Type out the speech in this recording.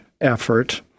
effort